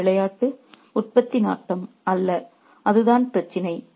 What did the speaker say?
அந்த விளையாட்டு உற்பத்தி நாட்டம் அல்ல அதுதான் பிரச்சினை